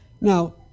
Now